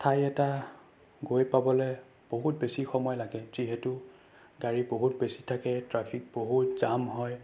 ঠাই এটা গৈ পাবলৈ বহুত বেছি সময় লাগে যিহেতু গাড়ী বহুত বেছি থাকে ট্ৰাফিক বহুত জাম হয়